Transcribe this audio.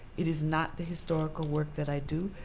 it is not the historical work that i do.